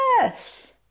Yes